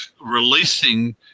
releasing